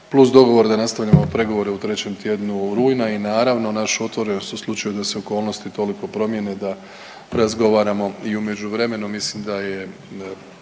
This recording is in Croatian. plus dogovor da nastavljamo pregovore u 3. tjednu rujna i naravno, našu otvorenost u slučaju da se okolnosti toliko promjene da razgovaramo i u međuvremenu.